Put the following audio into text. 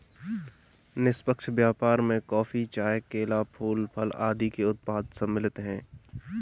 निष्पक्ष व्यापार में कॉफी, चाय, केला, फूल, फल आदि के उत्पाद सम्मिलित हैं